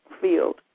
field